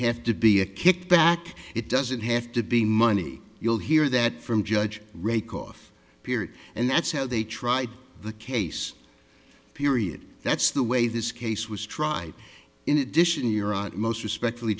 have to be a kickback it doesn't have to be money you'll hear that from judge rake off period and that's how they tried the case period that's the way this case was tried in addition juran most respec